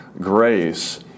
grace